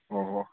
ꯑꯣ ꯍꯣ